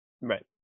Right